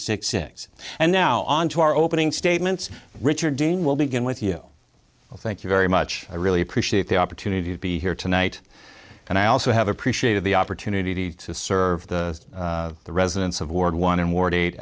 six six and now on to our opening statements richard dean will begin with you well thank you very much i really appreciate the opportunity to be here tonight and i also have appreciated the opportunity to serve the residents of ward one and war